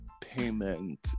payment